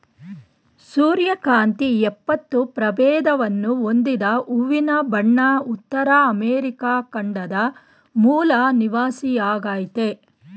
ಸೂರ್ಯಕಾಂತಿ ಎಪ್ಪತ್ತು ಪ್ರಭೇದವನ್ನು ಹೊಂದಿದ ಹೂವಿನ ಬಣ ಉತ್ತರ ಅಮೆರಿಕ ಖಂಡದ ಮೂಲ ನಿವಾಸಿಯಾಗಯ್ತೆ